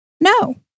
No